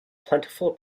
plentiful